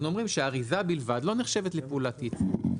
אנחנו אומרים שהאריזה בלבד לא נחשבת לפעולת ייצור,